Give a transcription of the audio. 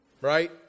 Right